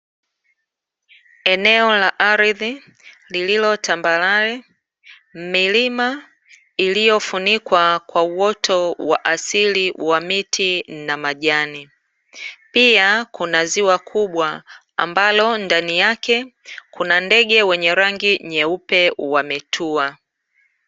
Eneo la ardhi ililo tambarare, milima iliyofunikwa kwa uoto wa asili wa miti na majani, pia kuna ziwa kubwa ambalo ndani yake kuna ndege wenye rangi nyeupe wametua.